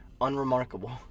Unremarkable